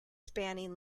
spanning